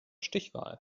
stichwahl